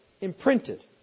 imprinted